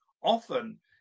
Often